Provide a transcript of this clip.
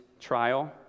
trial